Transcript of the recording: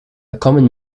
common